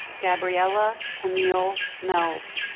gabriela camille mells